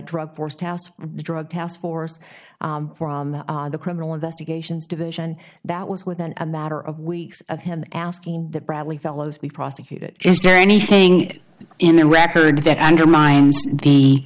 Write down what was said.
drug forced house drug task force the criminal investigations division that was within a matter of weeks of him asking that bradley fellows be prosecuted is there anything in the record that undermines the